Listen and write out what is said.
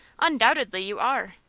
undoubtedly you are!